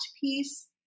piece